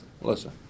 Melissa